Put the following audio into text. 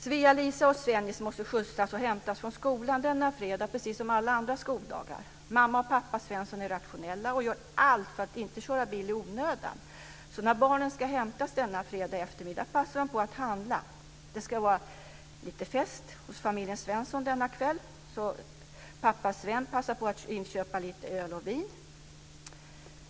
Svea-Lisa och Svennis måste skjutsas till och hämtas vid skolan denna fredag, precis som alla andra skoldagar. Mamma och pappa Svensson är rationella och gör allt för att inte köra bil i onödan. Så när barnen ska hämtas denna fredag eftermiddag passar de på att handla. Det ska vara lite fest hos familjen Svensson denna kväll. Pappa Sven passar på att inköpa lite öl och vin.